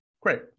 great